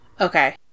okay